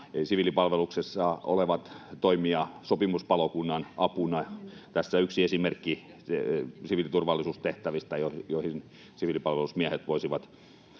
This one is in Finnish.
siviilipalveluksessa olevat toimia sopimuspalokunnan apuna? Tässä on yksi esimerkki siviiliturvallisuustehtävistä, joihin siviilipalvelusmiehet voisivat